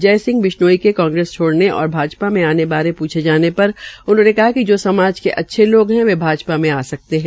जय सिंह बिश्नोई के कांग्रेस छोड़ने और भाजपा आने बारे प्छे जाने पर उन्होंने कहा कि जो समाज में अच्छे लोग है वे भाजपा में आ सकते है